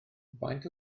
faint